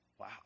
Wow